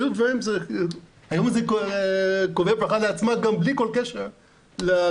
היום זה --- גם בלי כל קשר לקורונה.